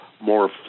more